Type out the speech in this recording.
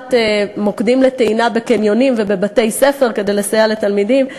הנחת מוקדים לטעינה בקניונים ובבתי-ספר כדי לסייע לתלמידים.